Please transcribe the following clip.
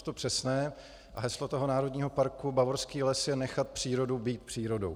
A heslo toho Národního parku Bavorský les je nechat přírodu být přírodou.